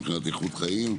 מבחינת איכות חיים.